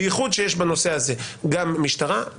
בייחוד שיש בנושא הזה גם משטרה,